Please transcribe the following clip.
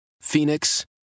Phoenix